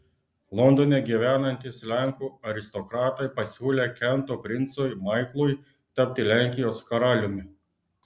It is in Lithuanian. londone gyvenantys lenkų aristokratai pasiūlė kento princui maiklui tapti lenkijos karaliumi